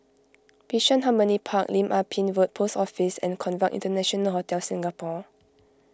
Bishan Harmony Park Lim Ah Pin Road Post Office and Conrad International Hotel Singapore